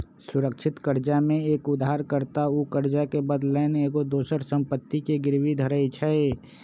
सुरक्षित करजा में एक उद्धार कर्ता उ करजा के बदलैन एगो दोसर संपत्ति के गिरवी धरइ छइ